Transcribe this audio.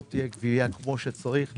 לא תהיה גבייה כפי שצריך.